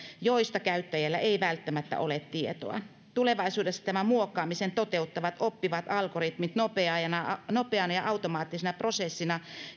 joista käyttäjällä ei välttämättä ole tietoa tulevaisuudessa tämän muokkaamisen toteuttavat oppivat algoritmit nopeana nopeana ja automaattisena prosessina